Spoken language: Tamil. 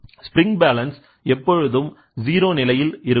ஸ்ப்ரிங் பேலன்ஸ் எப்பொழுதும் ஜீரோ நிலையில் இருக்கும்